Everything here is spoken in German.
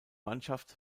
mannschaft